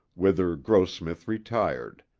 whither grossmith retired,